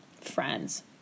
friends